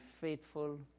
faithful